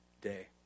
day